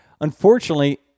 unfortunately